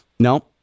No